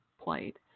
played